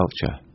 culture